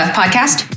podcast